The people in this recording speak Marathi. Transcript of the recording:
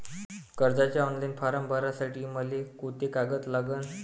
कर्जाचे ऑनलाईन फारम भरासाठी मले कोंते कागद लागन?